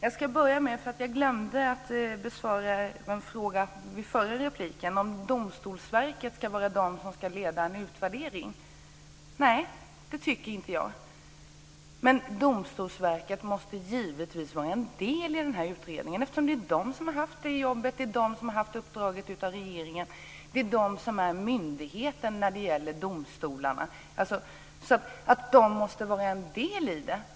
Fru talman! Jag glömde att besvara en fråga från förra repliken, om Domstolsverket ska vara det som ska leda en utvärdering. Nej, det tycker inte jag. Men Domstolsverket måste givetvis vara en del i utredningen, eftersom det är det som har haft jobbet, som har haft uppdraget av regeringen. Det är det som är myndigheten när det gäller domstolarna, så det måste vara en del i det.